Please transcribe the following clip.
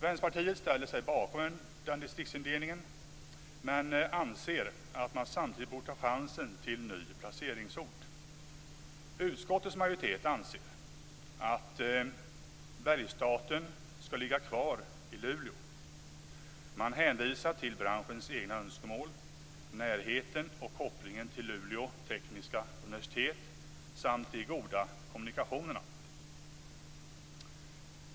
Vänsterpartiet ställer sig bakom den distriktsindelningen men anser att man samtidigt borde ta chansen till ny placeringsort. Utskottets majoritet anser att Bergsstaten skall ligga kvar i Luleå. Man hänvisar till branschens egna önskemål, närheten och kopplingen till Luleå tekniska universitet samt till de goda kommunikationerna.